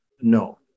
no